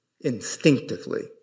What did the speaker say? instinctively